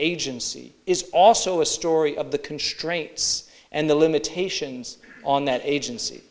agency is also a story of the constraints and the limitations on that agency